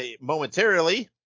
momentarily